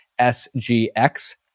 SGX